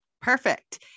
Perfect